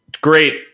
great